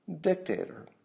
dictator